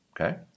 Okay